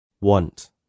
Want